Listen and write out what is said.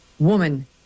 Woman